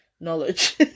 Knowledge